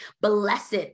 blessed